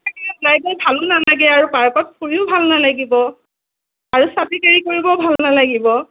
তেনেকৈ ওলাই গৈ ভালো নালাগে আৰু পাৰ্কত ফুৰিও ভাল নালাগিব আৰু ছাতি কেৰি কৰিবলৈও ভাল নালাগিব